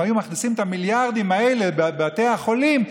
אם היו מכניסים את המיליארדים האלה לבתי החולים,